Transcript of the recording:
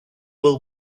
will